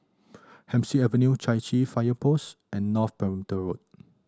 Hemsley Avenue Chai Chee Fire Post and North Perimeter Road